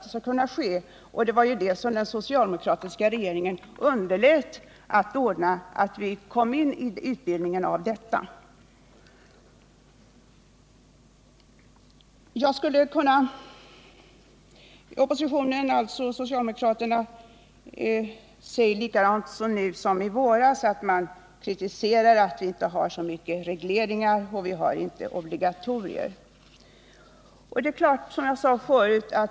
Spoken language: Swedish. Den socialdemokratiska regeringen underlät att vidta 91 sådana åtgärder. Socialdemokraterna kritiserar nu liksom i våras att vi inte har så mycket regleringar och obligatorier.